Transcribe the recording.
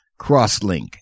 Crosslink